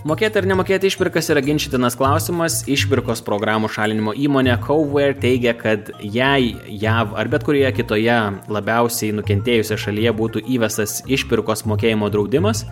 mokėt ar nemokėti išpirkas yra ginčytinas klausimas išpirkos programų šalinimo įmonė coware ar teigia kad jei jav ar bet kurioje kitoje labiausiai nukentėjusioje šalyje būtų įvestas išpirkos mokėjimo draudimas